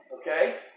Okay